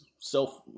self